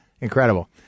Incredible